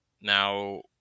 Now